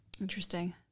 Interesting